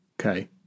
Okay